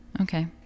Okay